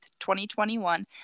2021